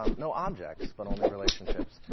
um no objects, but only relationships,